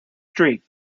streak